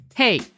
Hey